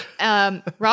Rob